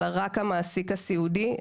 אלא רק המטופל הסיעודי.